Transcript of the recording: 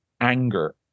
anger